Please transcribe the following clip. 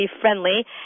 friendly